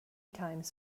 times